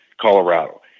Colorado